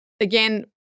again